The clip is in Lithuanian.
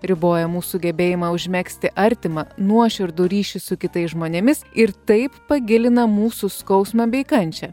riboja mūsų gebėjimą užmegzti artimą nuoširdų ryšį su kitais žmonėmis ir taip pagilina mūsų skausmą bei kančią